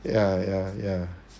ya ya ya